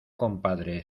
compadre